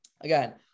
again